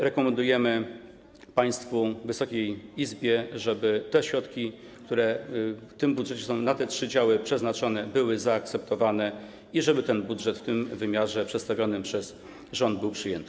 Rekomendujemy państwu, Wysokiej Izbie, żeby środki, które w tym budżecie są na te trzy działy przeznaczone, były zaakceptowane i żeby ten budżet w wymiarze przedstawionym przez rząd był przyjęty.